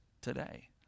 today